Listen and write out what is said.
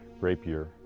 rapier